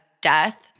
death